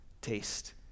taste